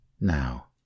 Now